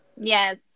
Yes